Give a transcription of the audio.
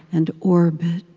and orbit.